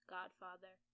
Godfather